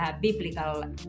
biblical